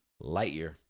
Lightyear